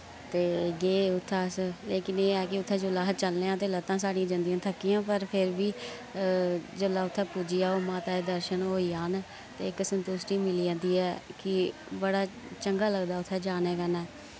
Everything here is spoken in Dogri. ते गे उत्थै अस लेकिन एह् ऐ कि उत्थै जुल्लै अस चलने आं ते लत्तां साढ़ी जंदियां थक्कियां पर फिर बी जिल्लै उत्थै पुज्जी जाओ माता दे दर्शन होई जान इक संतुश्टि मिल्ली जन्दी ऐ कि बड़ा चंगा लगदा उत्थै जाने कन्नै